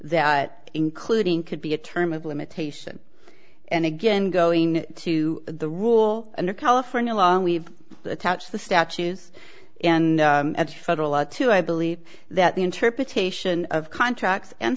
that including could be a term of limitation and again going to the rule under california law we've touched the statues and at federal law too i believe that the interpretation of contracts and